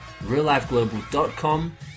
reallifeglobal.com